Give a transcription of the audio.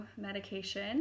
medication